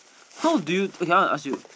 how do you okay I want to ask you